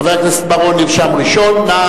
חבר הכנסת בר-און נרשם ראשון.